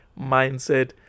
mindset